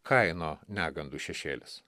kaino negandų šešėlis